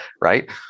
right